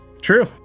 True